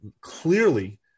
clearly